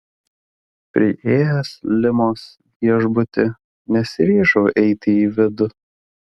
priėjęs limos viešbutį nesiryžau eiti į vidų